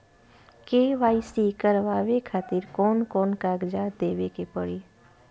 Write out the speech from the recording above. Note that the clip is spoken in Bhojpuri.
के.वाइ.सी करवावे खातिर कौन कौन कागजात देवे के पड़ी?